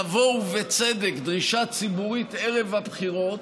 תבוא, ובצדק, דרישה ציבורית ערב הבחירות